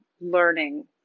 learning